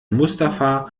mustafa